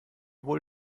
wohl